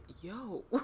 yo